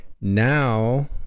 now